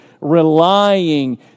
relying